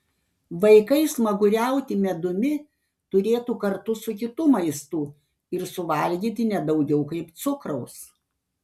vaikai smaguriauti medumi turėtų kartu su kitu maistu ir suvalgyti ne daugiau kaip cukraus